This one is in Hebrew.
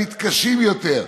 המתקשים יותר,